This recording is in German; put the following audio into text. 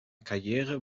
karriere